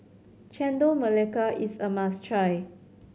Chendol Melaka is a must try